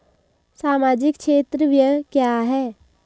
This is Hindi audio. सामाजिक क्षेत्र व्यय क्या है?